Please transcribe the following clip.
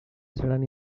seran